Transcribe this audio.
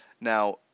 Now